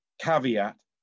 caveat